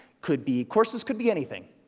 could be courses, could be anything.